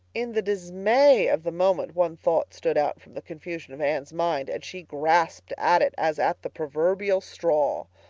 in the dismay of the moment one thought stood out from the confusion of anne's mind and she grasped at it as at the proverbial straw.